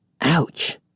Ouch